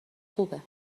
خوبه